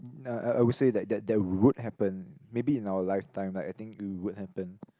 uh I would say that that that would happen maybe in our lifetime like I think it would happen